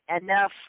enough